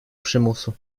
przymusu